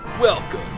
Welcome